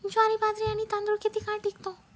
ज्वारी, बाजरी आणि तांदूळ किती काळ टिकतो?